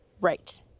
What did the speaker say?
Right